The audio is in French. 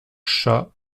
shah